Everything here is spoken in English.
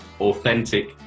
authentic